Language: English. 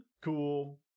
Cool